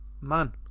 man